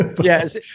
Yes